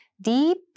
deep